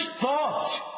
thought